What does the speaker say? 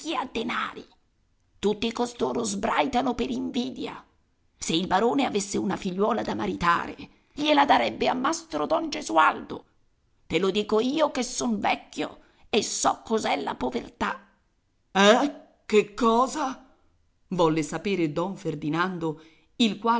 denari tutti costoro sbraitano per invidia se il barone avesse una figliuola da maritare gliela darebbe a mastro don gesualdo te lo dico io che son vecchio e so cos'è la povertà eh che cosa volle sapere don ferdinando il